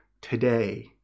today